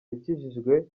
yakijijwe